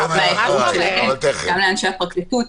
גם לאנשי הפרקליטות.